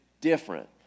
different